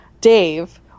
Dave